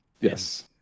Yes